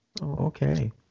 Okay